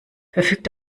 verfügt